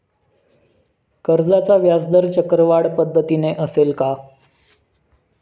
कर्जाचा व्याजदर चक्रवाढ पद्धतीने असेल का?